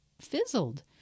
fizzled